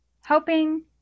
helping